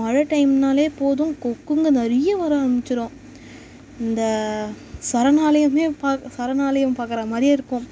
மழை டைம்னாலே போதும் கொக்குங்க நிறைய வர ஆரம்பிச்சிடும் இந்த சரணாலயமே பாக் சரணாலயம் பார்க்கற மாதிரியே இருக்கும்